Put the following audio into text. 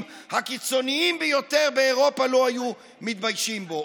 הקיצונים ביותר באירופה לא היו מתביישים בו,